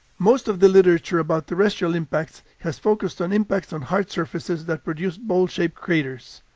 most of the literature about terrestrial impacts has focused on impacts on hard surfaces that produce bowl-shaped craters.